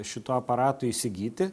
šitų aparatų įsigyti